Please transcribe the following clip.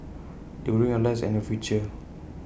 they will ruin your lives and your future